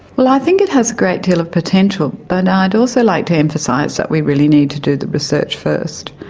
well, i think it has a great deal of potential, but i'd also like to emphasise that we really need to do the research first.